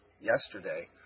yesterday